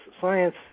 science